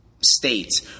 states